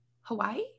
Hawaii